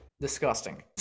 Disgusting